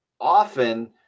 often